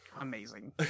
Amazing